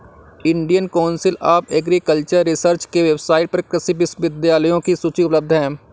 Indian council of agricultural research के website पर कृषि विश्वविद्यालयों की सूची उपलब्ध है